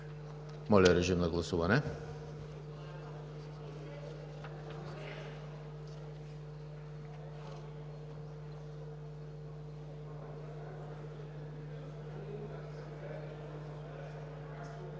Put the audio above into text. Моля, режим на гласуване.